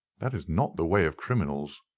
that is not the way of criminals.